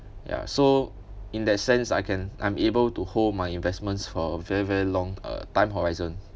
ya so in that sense I can I'm able to hold my investments for a very long uh time horizon